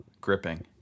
Gripping